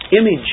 image